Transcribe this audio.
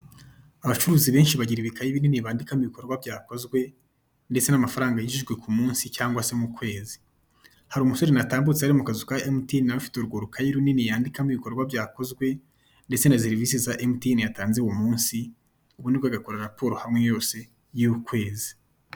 Abacuruzi benshi bagira ibikayi binini bandikamo ibikorwa byakozwe ndetse n'amafaranga yinjijwe ku munsi cyangwa se mu kwezi hari umusore natambutseho ari mu kazu ka emutiyeni nawe afite urwo rukayi runini yandikamo ibikorwa byakozwe ndetse na serivisi za emutiyeni yatanze uwo munsi ubundi bwo agakora raporo hamwe yose y'ukwezi.